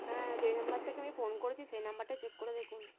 হ্যাঁ যে নাম্বার থেকে আমি ফোন করেছি সেই নাম্বারটাই চেক করে দেখুন